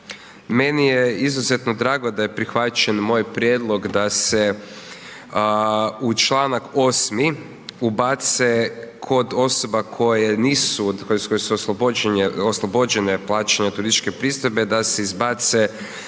meni je izuzetno drago da je prihvaćen moj prijedlog da se u članak 8. ubace kod osoba koje nisu, koje su oslobođene plaćanja turističke pristojbe da se izbace,